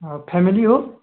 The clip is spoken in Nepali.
फ्यामिली हो